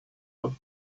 out